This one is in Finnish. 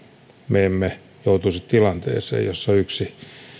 me emme joutuisi tilanteeseen jossa yksi